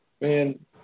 Man